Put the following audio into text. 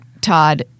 Todd